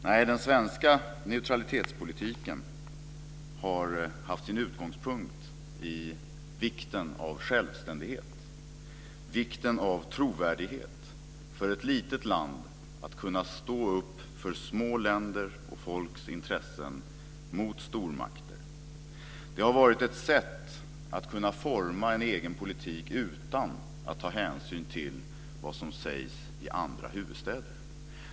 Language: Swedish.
Nej, den svenska neutralitetspolitiken har haft sin utgångspunkt i vikten av självständighet och vikten av trovärdighet för ett litet land att kunna stå upp för små länders och folks intressen mot stormakter. Den har varit ett sätt att kunna forma en egen politik utan att ta hänsyn till vad som sägs i andra huvudstäder.